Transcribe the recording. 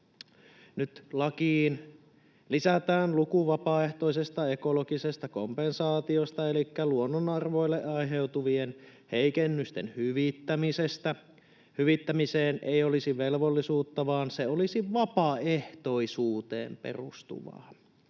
Nyt lakiin lisätään luku vapaaehtoisesta ekologisesta kompensaatiosta elikkä luonnonarvoille aiheutuvien heikennysten hyvittämisestä. Hyvittämiseen ei olisi velvollisuutta, vaan se olisi vapaaehtoisuuteen perustuvaa.